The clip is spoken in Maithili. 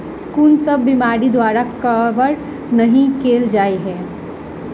कुन सब बीमारि द्वारा कवर नहि केल जाय है?